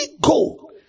go